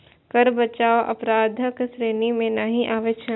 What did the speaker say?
कर बचाव अपराधक श्रेणी मे नहि आबै छै